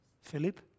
Philip